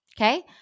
okay